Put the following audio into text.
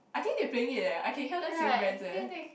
I think they playing it eh I can hear them saying rants eh